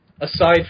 aside